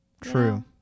true